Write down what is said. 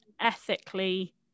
ethically